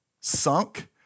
sunk